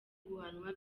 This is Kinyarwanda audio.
guhanwa